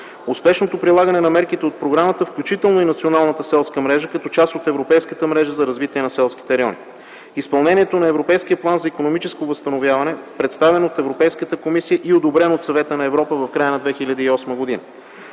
успешното прилагане на мерките от програмата, включително и Националната селска мрежа като част от Европейската мрежа за развитие на селските райони; - изпълнението на Европейския план за икономическо възстановяване, представен от Европейската комисия и одобрен от Съвета на Европа в края на 2008 г.;